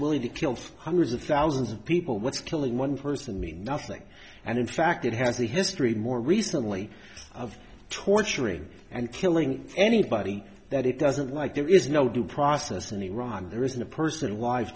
willing to kill hundreds of thousands of people what's killing one person mean nothing and in fact it has a history more recently of torturing and killing anybody that it doesn't like there is no due process and iran there isn't a person live